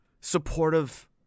supportive